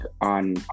on